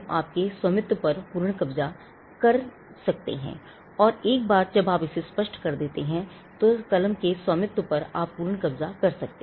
आपके पास पूर्ण कब्जा हो सकता है और एक बार जब आप इसे स्पष्ट कर देते हैं तो आप कलम के स्वामित्व पर पूर्ण कब्जा कर सकते हैं